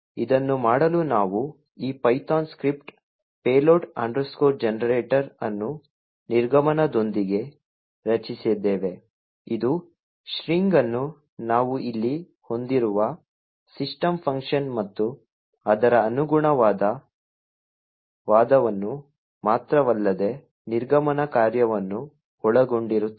ಆದ್ದರಿಂದ ಇದನ್ನು ಮಾಡಲು ನಾವು ಈ ಪೈಥಾನ್ ಸ್ಕ್ರಿಪ್ಟ್ payload generator ಅನ್ನು ನಿರ್ಗಮನದೊಂದಿಗೆ ರಚಿಸಿದ್ದೇವೆ ಇದು ಸ್ಟ್ರಿಂಗ್ ಅನ್ನು ನಾವು ಇಲ್ಲಿ ಹೊಂದಿರುವ ಸಿಸ್ಟಮ್ ಫಂಕ್ಷನ್ ಮತ್ತು ಅದರ ಅನುಗುಣವಾದ ವಾದವನ್ನು ಮಾತ್ರವಲ್ಲದೇ ನಿರ್ಗಮನ ಕಾರ್ಯವನ್ನೂ ಒಳಗೊಂಡಿರುತ್ತದೆ